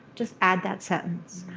just add that sentence.